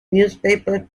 newspaper